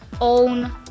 own